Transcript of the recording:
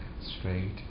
straight